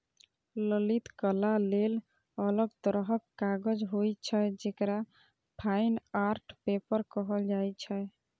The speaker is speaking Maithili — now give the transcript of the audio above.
ललित कला लेल अलग तरहक कागज होइ छै, जेकरा फाइन आर्ट पेपर कहल जाइ छै